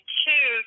two